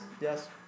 yes